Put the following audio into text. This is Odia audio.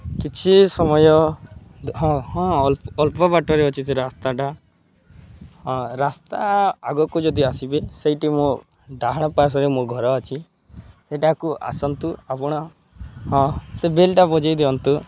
କିଛି ସମୟ ହଁ ହଁ ଅଳ୍ପ ବାଟରେ ଅଛି ସେ ରାସ୍ତାଟା ହଁ ରାସ୍ତା ଆଗକୁ ଯଦି ଆସିବେ ସେଇଠି ମୋ ଡାହାଣ ପାର୍ଶ୍ଵରେ ମୋ ଘର ଅଛି ସେଇଠାକୁ ଆସନ୍ତୁ ଆପଣ ହଁ ସେ ବେଲ୍ଟା ବଜାଇ ଦିଅନ୍ତୁ